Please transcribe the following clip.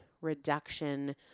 reduction